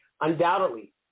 Undoubtedly